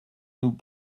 nous